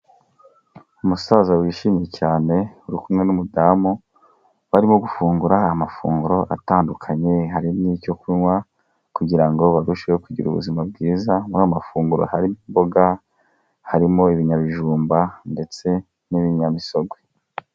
Umusaza wishimye cyane uri kumwe n'umudamu, barimo gufungura amafunguro atandukanye hari n'icyo kunywa kugira ngo barusheho kugira ubuzima bwiza. Muri amafunguro hari imboga, harimo ibinyabijumba, ndetse n'ibinyamisogwe.